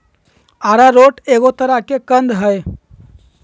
arrowroot एगो तरह के कंद हइ